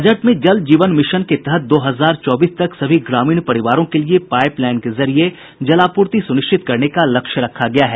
budget में जल जीवन मिशन के तहत दो हजार चौबीस तक सभी ग्रामीण परिवारों के लिए पाईप लाईन के जरिये जलापूर्ति सुनिश्चित करने का लक्ष्य रखा गया है